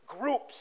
groups